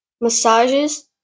massages